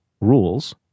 rules